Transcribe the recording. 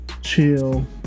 chill